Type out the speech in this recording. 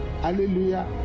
Hallelujah